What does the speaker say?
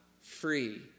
free